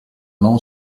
non